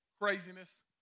craziness